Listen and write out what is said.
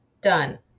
Done